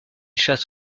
chasse